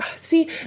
See